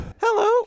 Hello